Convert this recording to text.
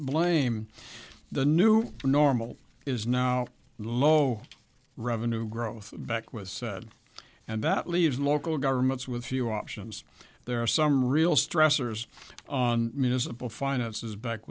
blame the new normal is now low revenue growth back with said and that leaves local governments with few options there are some real stressors on municipal finances back